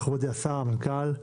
מכובדי השר, המנכ"ל,